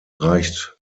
reicht